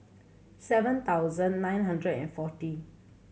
seven thousand nine hundred and forty